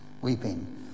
weeping